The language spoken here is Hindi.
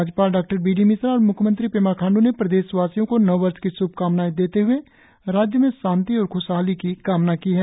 राज्यपाल डा बी डी मिश्रा और म्ख्यमंत्री पेमा खाण्डू ने प्रदेशवासियों का नववर्ष की शुभकामनाएं देते हुए राज्य में शांति और खुशहाली की कामना की है